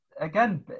again